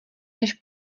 než